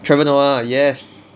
trevor noah yes